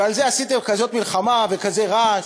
ועל זה עשיתם כזאת מלחמה וכזה רעש